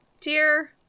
dear